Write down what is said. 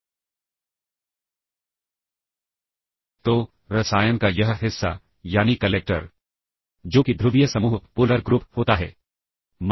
processor को यह जानकारी कैसे मिलती है कि उसे कहां जाना है जबकि मैं ऐसी कोई जानकारी उसे नहीं दे रहा हूं